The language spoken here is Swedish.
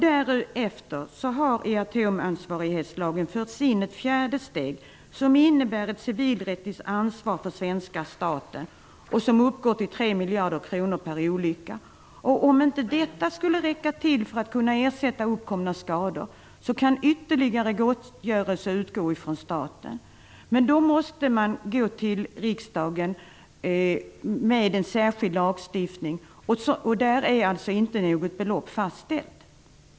Därutöver har i atomansvarighetslagen förts in ett fjärde steg, som innebär ett civilrättsligt ansvar för svenska staten och som ekonomiskt uppgår till 3 miljarder kronor per olycka. Om detta inte skulle räcka till för att kunna ersätta uppkomna skador kan ytterligare gottgörelse utgå från staten. Men då måste man ta upp det i riksdagen för att få en särskild lagstiftning. Något belopp är inte fastställt.